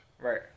Right